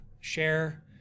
share